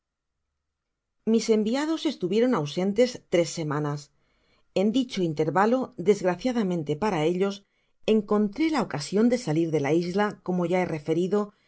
mis enviados estuvieron ausentes tres semanas en dicho intervalo desgraciadamente para ellos encontré la ocasion de salir de la isla como ya he referido